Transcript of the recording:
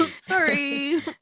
Sorry